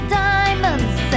diamonds